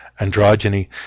androgyny